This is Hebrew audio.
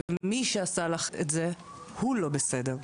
ומי שעשה לך את זה - הוא לא בסדר.